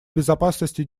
безопасности